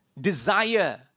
Desire